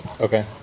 Okay